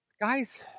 Guys